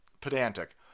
pedantic